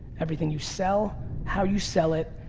everything you sell, how you sell it,